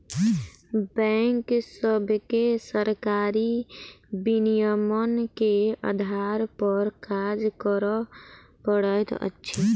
bank सभके सरकारी विनियमन के आधार पर काज करअ पड़ैत अछि